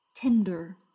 tinder